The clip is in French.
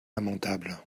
lamentable